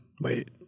Wait